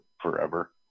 forever